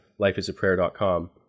lifeisaprayer.com